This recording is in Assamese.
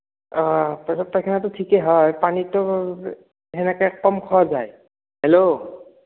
পেচাব পায়খানাটো থিকে হয় পানীটো সেনেকৈ কম খোৱা যায় হেল্ল'